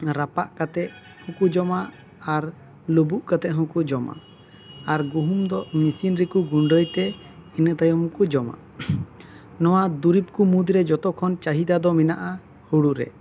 ᱨᱟᱯᱟᱜ ᱠᱟᱛᱮ ᱠᱚ ᱡᱚᱢᱟ ᱟᱨ ᱞᱩᱵᱩᱜ ᱠᱟᱛᱮ ᱦᱚᱸᱠᱚ ᱡᱚᱢᱟ ᱟᱨ ᱜᱩᱦᱩᱢ ᱫᱚ ᱢᱤᱥᱤᱱ ᱨᱮ ᱠᱚ ᱜᱩᱱᱰᱟᱭ ᱛᱮ ᱤᱱᱟᱹ ᱛᱟᱭᱚᱢ ᱠᱚ ᱡᱚᱢᱟ ᱱᱚᱣᱟ ᱫᱩᱨᱤᱵᱽ ᱠᱚ ᱢᱩᱫᱽᱨᱮ ᱡᱚᱛᱚ ᱠᱷᱚᱱ ᱪᱟᱹᱦᱤᱫᱟ ᱫᱚ ᱢᱮᱱᱟᱜᱼᱟ ᱦᱳᱲᱳ ᱨᱮ